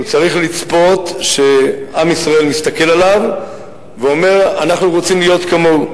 הוא צריך לצפות שעם ישראל מסתכל עליו ואומר: אנחנו רוצים להיות כמוהו.